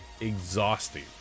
exhausting